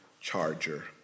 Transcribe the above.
charger